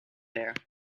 here